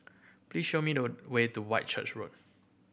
please show me the way to Whitchurch Road